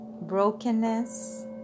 brokenness